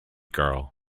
girl